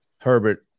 Herbert